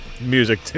music